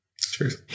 cheers